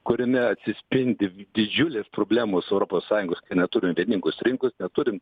kuriame atsispindi didžiulės problemos europos sąjungos kai neturim vieningos rinkos neturim